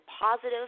positive